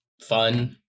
fun